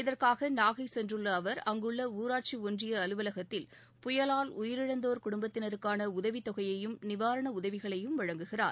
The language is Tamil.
இதற்காக நாகை சென்றுள்ள அவர் அங்குள்ள ஊராட்சி ஒன்றிய அலுவலகத்தில் புயலால் உயிரிழந்தோர் குடும்பத்தினருக்கான உதவித் தொகையையும் நிவாரண உதவிகளையும் வழங்குகிறார்